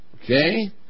Okay